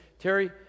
Terry